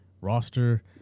roster